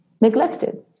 neglected